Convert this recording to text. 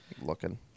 Looking